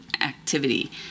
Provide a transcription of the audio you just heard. activity